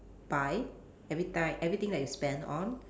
buy everyti~ everything that you spend on